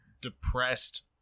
depressed